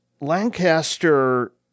Lancaster